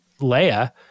Leia